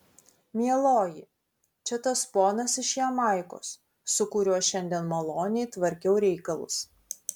mieloji čia tas ponas iš jamaikos su kuriuo šiandien maloniai tvarkiau reikalus